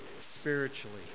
spiritually